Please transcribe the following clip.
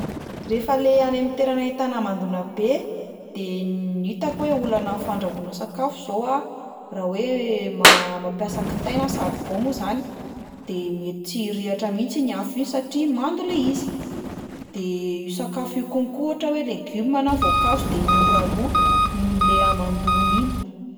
Rehefa le any amin'ny toerana ahitana hamandoana be, de n- ny hitako hoe olana amin'ny fandrahoana sakafo zao a raha hoe ma- mampiasa kitay na saribao moa zany de mety tsy hirehitra mihitsy iny afo iny satria mando le izy, de io sakafo io konko ohatra hoe legioma na voankazo de mora lo nohon'le hamandoana iny.